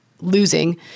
losing